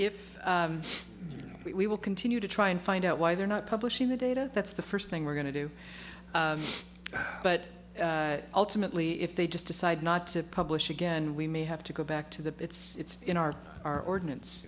if we will continue to try and find out why they're not publishing the data that's the first thing we're going to do but ultimately if they just decide not to publish again we may have to go back to the it's in our our ordinance